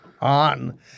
on